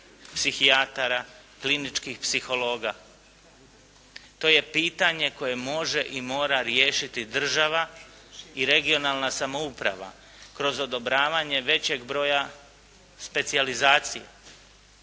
psihijatara, kliničkih psihologa. To je pitanje koje može i mora riješiti država i regionalna samouprava kroz odobravanje većeg broja specijalizacija.